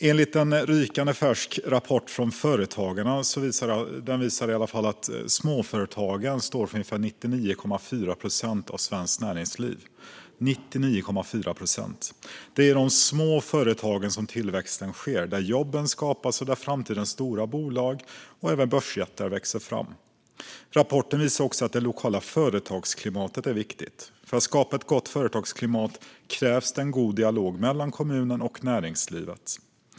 Enligt en rykande färsk rapport från Företagarna står småföretagen för 99,4 procent av svenskt näringsliv - 99,4 procent! Det är i de små företagen som tillväxten sker. Det är där jobben skapas och framtidens stora bolag och börsjättar växer fram. Rapporten visar också att det lokala företagsklimatet är viktigt. För att skapa ett gott företagsklimat krävs det en god dialog mellan kommunen och näringslivet.